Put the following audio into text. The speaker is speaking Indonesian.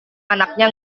anaknya